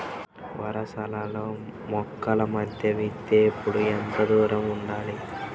వరసలలో మొక్కల మధ్య విత్తేప్పుడు ఎంతదూరం ఉండాలి?